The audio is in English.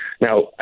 Now